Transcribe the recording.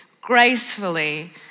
gracefully